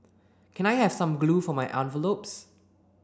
can I have some glue for my envelopes